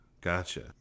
gotcha